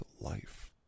life